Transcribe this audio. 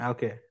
Okay